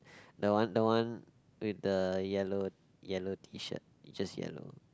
the one the one with the yellow yellow T-shirt it just yellow